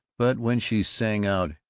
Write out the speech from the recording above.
but when she sang out,